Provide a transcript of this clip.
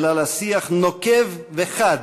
אלא לשיח נוקב וחד,